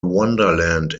wonderland